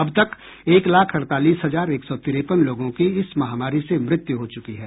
अब तक एक लाख अड़तालीस हजार एक सौ तिरेपन लोगों की इस महामारी से मृत्यु हो चुकी है